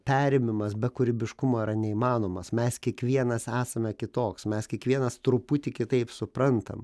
perėmimas be kūrybiškumo yra neįmanomas mes kiekvienas esame kitoks mes kiekvienas truputį kitaip suprantam